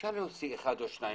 אפשר להוציא אחד או שניים,